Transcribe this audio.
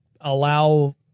allow